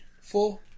four